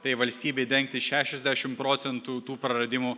tai valstybei dengti šešiasdešim procentų tų praradimų